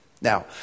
Now